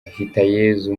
hitayezu